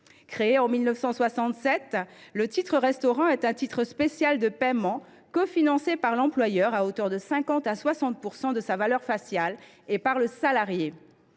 Créé en 1967, le titre restaurant est un titre spécial de paiement, cofinancé par l’employeur, à hauteur de 50 % à 60 % de sa valeur faciale, et par le salarié.